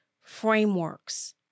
frameworks